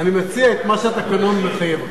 אני מציע מה שהתקנון מחייב אותי.